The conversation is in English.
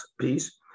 piece